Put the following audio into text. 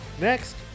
Next